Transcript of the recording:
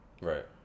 Right